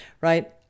right